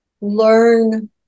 learn